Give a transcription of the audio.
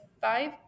five